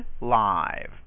live